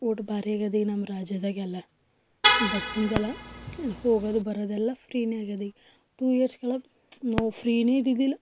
ಅಷ್ಟು ಭಾರಿ ಆಗ್ಯಾದ ಈಗ ನಮ್ಮ ರಾಜ್ಯದಾಗ ಎಲ್ಲ ಬಸ್ಸಿಂದೆಲ್ಲ ಹೋಗೋದು ಬರೋದೆಲ್ಲ ಫ್ರೀಯೇ ಆಗ್ಯಾದ ಈಗ ಟು ಇಯರ್ಸ್ ಕೆಳಗೆ ನೋ ಫ್ರೀಯೇ ಇದ್ದಿದ್ದಿಲ್ಲ